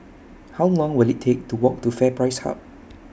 How Long Will IT Take to Walk to FairPrice Hub